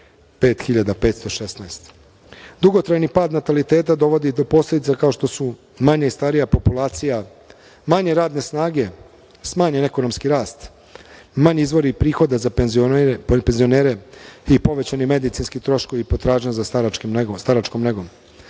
5.516. Dugotrajni pad nataliteta dovodi do posledica kao što su manje starija populacija, manje radne snage, smanjen ekonomski rast, manji izvori prihoda za penzionere, povećani medicinski troškovi i potražnja za staračkom negom. Srbija